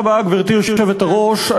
גברתי היושבת-ראש,